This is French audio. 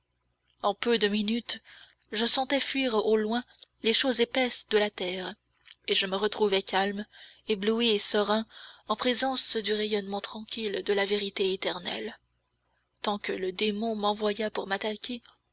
en peu de minutes je sentais fuir au loin les choses épaisses de la terre et je me retrouvais calme ébloui et serein en présence du rayonnement tranquille de la vérité éternelle tant que le démon n'envoya pour